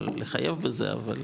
לחייב בזה, אבל